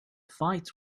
fight